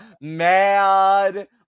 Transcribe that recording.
mad